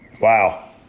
Wow